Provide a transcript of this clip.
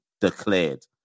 declared